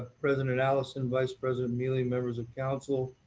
ah president and alison, vice president miele, members of council.